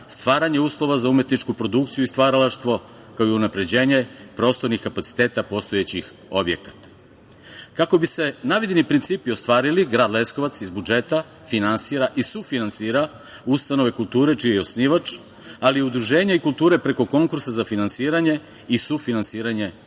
stvaranje uslova za umetničku produkciju i stvaralaštvo, kao i unapređenje prostornih kapaciteta postojećih objekata. Kako bi se navedeni principi ostvarili, grad Leskovac iz budžeta finansira i sufinansira ustanove kulture čiji je osnivač, ali i udruženja kulture preko konkursa za finansiranje i sufinansiranje projekata.